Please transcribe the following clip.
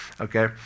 okay